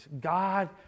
God